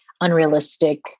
unrealistic